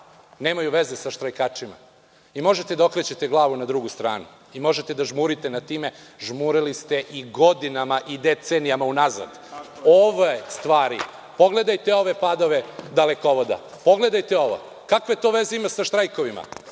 nemaju veze sa štrajkačima. Vi možete da okrećete glavu na drugu stranu, i možete da žmurite nad time, jer žmurili ste i godinama i decenijama unazad. Ove stvari, pogledajte ove padove dalekovoda, pogledajte ovo, kakve veze to ima sa štrajkovima,